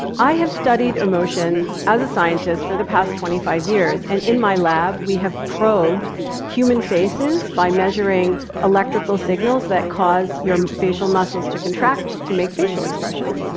i have studied emotions as a scientist for the past twenty five years, and in my lab, we have probed human faces by measuring electrical signals that cause your facial muscles to contract to make facial expressions.